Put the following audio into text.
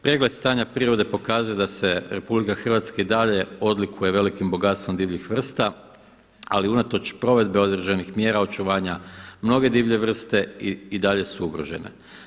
Pregled stanja prirode pokazuje da se RH i dalje odlikuje velikim bogatstvom divljih vrsta ali unatoč provedbe određenih mjera očuvanja mnoge divlje vrste i dalje su ugrožene.